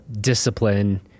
discipline